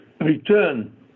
return